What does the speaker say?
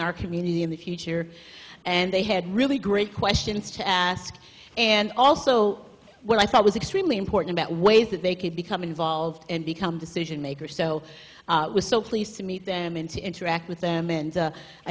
our community in the future and they had really great questions to ask and also what i thought was extremely important about ways that they could become involved and become decision makers so we're so pleased to meet them and to interact with them and